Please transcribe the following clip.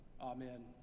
Amen